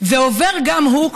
ועובר גם הוא,